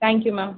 thank you ma'am